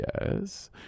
yes